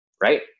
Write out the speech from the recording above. right